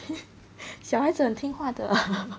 小孩子很听话的